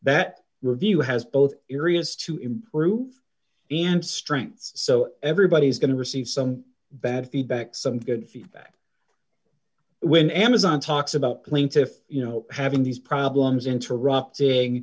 that review has both areas to improve and strengths so everybody's going to receive some bad feedback some good feedback when amazon talks about plaintiff you know having these problems interrupting